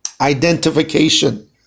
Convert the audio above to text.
Identification